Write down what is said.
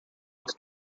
was